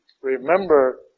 Remember